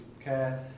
care